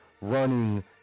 running